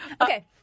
Okay